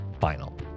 final